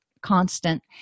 constant